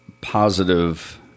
positive